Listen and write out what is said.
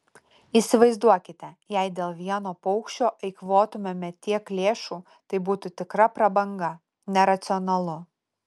įsivaizduokite jei dėl vieno paukščio eikvotumėme tiek lėšų tai būtų tikra prabanga neracionalu